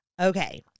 Okay